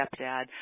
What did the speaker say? stepdad